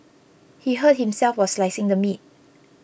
he hurt himself while slicing the meat